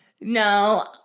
No